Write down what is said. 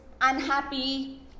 unhappy